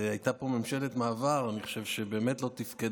הייתה פה ממשלת מעבר שאני חושב שבאמת לא תפקדה,